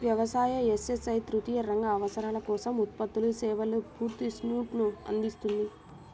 వ్యవసాయ, ఎస్.ఎస్.ఐ తృతీయ రంగ అవసరాల కోసం ఉత్పత్తులు, సేవల పూర్తి సూట్ను అందిస్తుంది